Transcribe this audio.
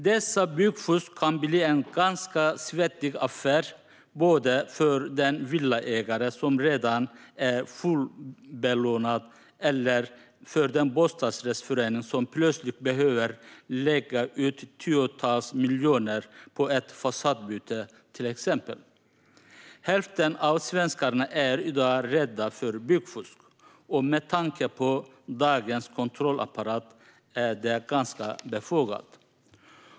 Dessa byggfusk kan bli en svettig affär, såväl för den villaägare som redan är fullbelånad som för den bostadsrättsförening som plötsligt behöver lägga ut tiotals miljoner på ett fasadbyte, till exempel. Hälften av svenskarna är i dag rädda för byggfusk, och med tanke på dagens kontrollapparat är det befogat.